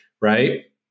right